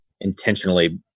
intentionally